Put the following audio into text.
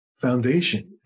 foundation